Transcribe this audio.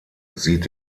sieht